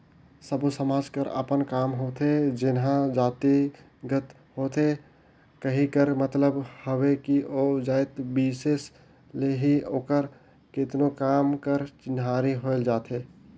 सब्बो समाज कर अपन काम होथे जेनहा जातिगत होथे कहे कर मतलब हवे कि ओ जाएत बिसेस ले ही ओकर करतनो काम कर चिन्हारी होए जाथे